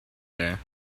there